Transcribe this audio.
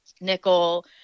nickel